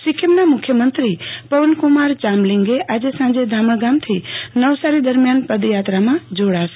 સિકિકમના મુખ્યમંત્રી પવન કુમાર ચામલિંગ આજે સાંજે ધામણ ગામથી નવાસારી દરમિયાન પદયાત્રા જોડાશે